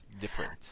different